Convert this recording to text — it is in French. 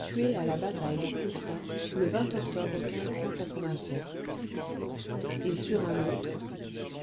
tué à la bataille de coutras le octobre et sur un autre